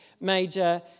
major